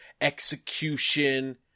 execution